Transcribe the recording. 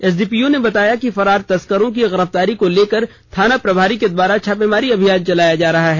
SDPO ने बताया कि फरार तस्करों की गिरफ्तारी को लेकर थाना प्रभारी के द्वारा छापामारी अभियान चलाया जा रहा है